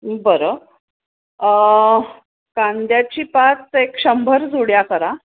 बरं कांद्याची पात एक शंभर जुड्या करा